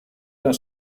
der